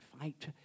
fight